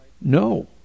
No